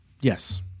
Yes